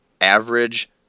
average